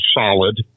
solid